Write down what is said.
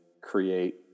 create